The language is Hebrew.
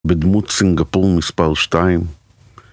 בדמות סינגפור מס. 2